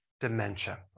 dementia